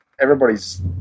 everybody's